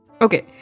Okay